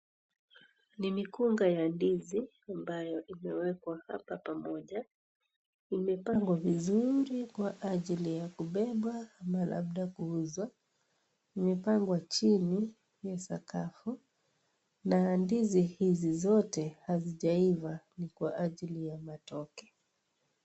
Ni mikunga ya ndizi ambayo imewekwa hapa pamoja imepangwa vizuri kwa ajili ya kubeba ama labda kuuzwa imepangwa chini ya sakafu na ndizi hizi zote hazijaiva ni kwa ajili ya matoke.